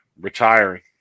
retiring